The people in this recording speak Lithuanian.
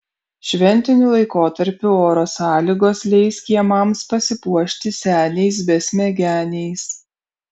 šventiniu laikotarpiu oro sąlygos leis kiemams pasipuošti seniais besmegeniais